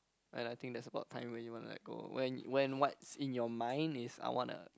and I think that's about time when you want to let go when when what's in your mind is I wanna